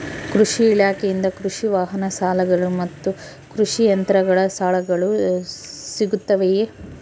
ಕೃಷಿ ಇಲಾಖೆಯಿಂದ ಕೃಷಿ ವಾಹನ ಸಾಲಗಳು ಮತ್ತು ಕೃಷಿ ಯಂತ್ರಗಳ ಸಾಲಗಳು ಸಿಗುತ್ತವೆಯೆ?